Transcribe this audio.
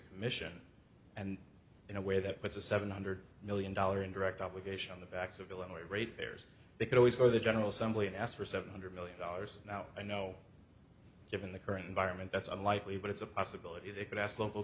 commission and in a way that puts a seven hundred million dollar in direct obligation on the backs of illinois rate payers they could always go to the general assembly and ask for seven hundred million dollars now i know given the current environment that's a lightly but it's a possibility they could ask local